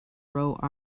row